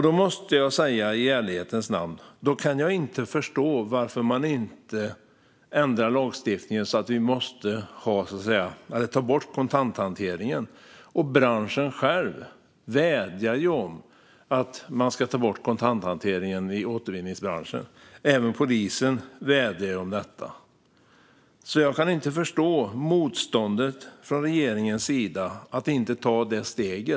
Då kan jag i ärlighetens namn inte förstå varför man inte ändrar lagstiftningen och tar bort kontanthanteringen. Återvinningsbranschen själv vädjar om att man ska ta bort kontanthanteringen. Även polisen vädjar om detta. Jag förstår inte regeringens motstånd mot att ta det steget.